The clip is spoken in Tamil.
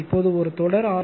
இப்போது ஒரு தொடர் ஆர்